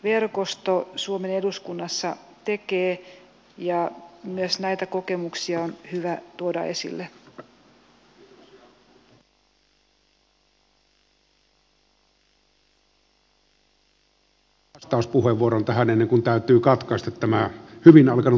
verkosto suomen eduskunnassa tekee ja valitettavasti aikapula painaa päälle mutta ehdimme ottaa muutaman vastauspuheenvuoron tähän ennen kuin täytyy katkaista tämä hyvin alkanut keskustelu